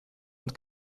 und